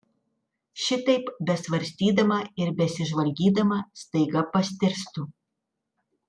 šitaip besvarstydama ir besižvalgydama staiga pastėrstu